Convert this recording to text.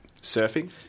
Surfing